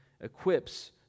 equips